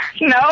No